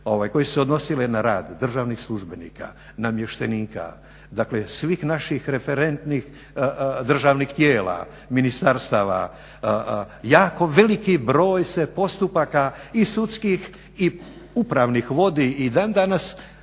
koje su se odnosile na rad državnih službenika, namještenika dakle svih naših referentnih državnih tijela, ministarstava, jako veliki broj se postupaka i sudskih i upravnih vodi i dan danas